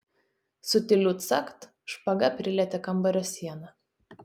su tyliu cakt špaga prilietė kambario sieną